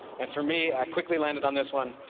and for me, i quickly landed on this one